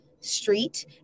street